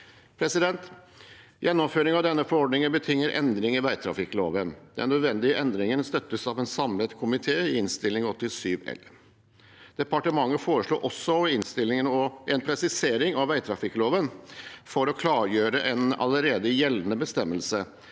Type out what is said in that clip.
Gjennomføring av denne forordningen betinger endring i vegtrafikkloven. Den nødvendige endringen støttes av en samlet komite i Innst. 87 L. Departementet foreslår også i innstillingen en presisering i vegtrafikkloven for å klargjøre en allerede gjeldende bestemmelse